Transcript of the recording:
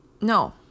No